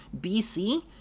bc